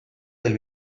del